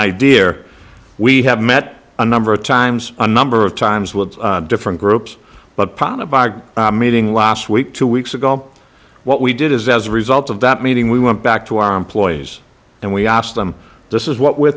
here we have met a number of times a number of times with different groups but probably by a meeting last week two weeks ago what we did is as a result of that meeting we went back to our employees and we asked them this is what we're